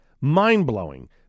mind-blowing